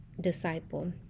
disciple